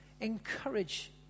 Encourage